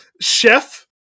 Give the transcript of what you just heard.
chef